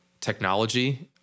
technology